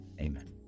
Amen